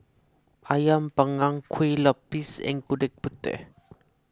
Ayam Panggang Kue Lupis and Gudeg Putih